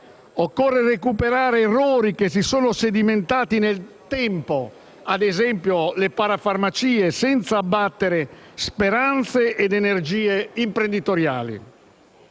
Occorre recuperare errori che si sono sedimentati nel tempo, ad esempio le parafarmacie, senza abbattere speranze ed energie imprenditoriali.